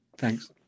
Thanks